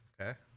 Okay